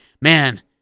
man